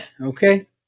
Okay